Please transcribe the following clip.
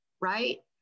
right